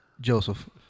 Joseph